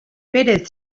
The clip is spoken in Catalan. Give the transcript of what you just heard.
pérez